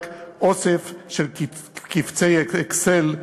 רק אוסף של קובצי "אקסל",